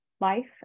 life